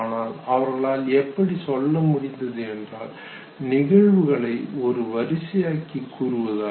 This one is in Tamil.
ஆனால் அவர்களால் எப்படி செல்ல முடிந்தது என்றால் நிகழ்வுகளை ஒரு வரிசையக்கி கூறுவதால்